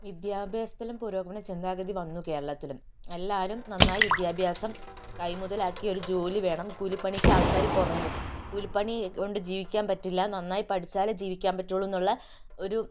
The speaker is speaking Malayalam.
വിദ്യാഭ്യാസത്തിലും പുരോഗമന ചിന്താഗതി വന്നു കേരളത്തിലും എല്ലാവരും നന്നായി വിദ്യാഭ്യാസം കൈമുതലാക്കി ഒരു ജോലി വേണം കൂലി പണിക്ക് ആൾക്കാർ കുറഞ്ഞു കൂലി പണി കൊണ്ട് ജീവിക്കാൻ പറ്റില്ല നന്നായി പഠിച്ചാലേ ജീവിക്കാൻ പറ്റുകയുള്ളൂ എന്നുള്ള ഒരു